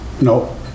No